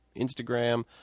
Instagram